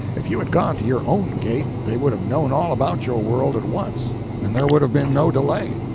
if you had gone to your own gate they would have known all about your world at once and there would have been no delay.